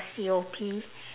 C_O_P